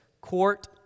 Court